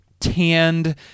Tanned